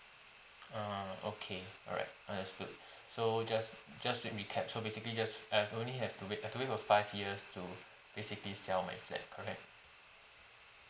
ah okay alright understood so just just to recap so basically just I've only have to wait I've wait for five years to basically sell my flat correct